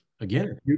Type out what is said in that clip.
again